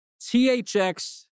THX